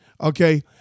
Okay